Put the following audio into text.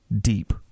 deep